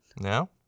No